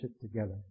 together